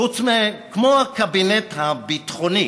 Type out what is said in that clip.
כמו הקבינט הביטחוני,